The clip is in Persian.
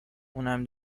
اونم